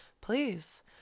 please